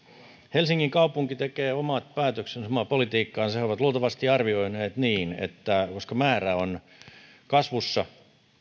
helsingin kaupunki tekee omat päätöksensä omaa politiikkaansa he ovat luultavasti arvioineet niin että koska määrä on kasvussa